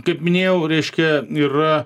kaip minėjau reiškia yra